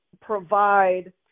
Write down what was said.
provide